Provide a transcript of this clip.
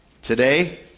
Today